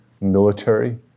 military